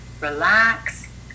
relax